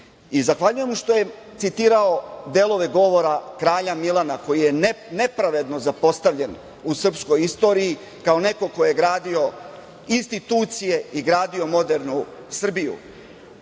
vrednostima. Zahvaljujem mu što je citirao delove govora kralja Milana koji je nepravedno zapostavljen u srpskoj istoriji kao neko ko je gradio institucije i gradio modernu Srbiju,